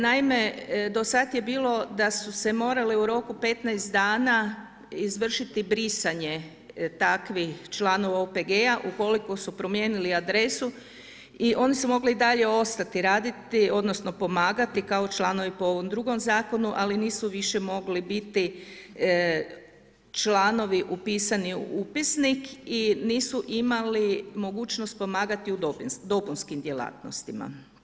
Naime, do sad je bilo da su se morali u roku 15 dana izvršiti brisanje takvih članova OPG-a ukoliko su promijenili adresu i oni su mogli i dalje ostati raditi, odnosno pomagati kao članovi po ovom drugom Zakonu, ali nisu više mogli biti članovi upisani u Upisnik i nisu imali mogućnost pomagati u dopunskim djelatnosti.